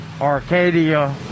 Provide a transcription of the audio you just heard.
Arcadia